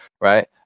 right